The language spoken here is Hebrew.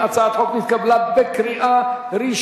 ההצעה להעביר את הצעת חוק פיצוי לנפגעי פוליו (תיקון מס' 2)